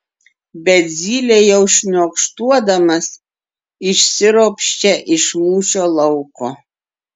bet zylė jau šniokštuodamas išsiropščia iš mūšio lauko